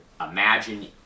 imagine